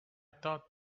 thought